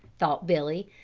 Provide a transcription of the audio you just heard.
thought billy.